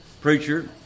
preacher